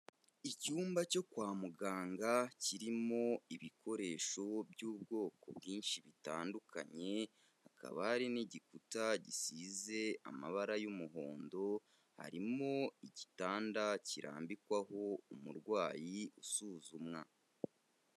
Icyumba cyo kwa muganga kirimo ibikoresho by'ubwoko bwinshi bitandukanye, hakaba hari n'igikuta gisize amabara y'umuhondo, harimo igitanda kirambikwaho umurwayi usuzumwa.